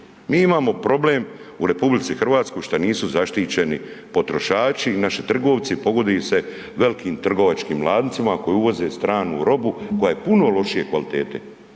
Mi imamo problem u RH što nisu zaštićeni potrošači i naši trgovci, pogoduje se velikim trgovačkim lancima koji uvoze stranu robu koja je puno lošije kvalitete